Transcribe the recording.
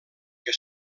que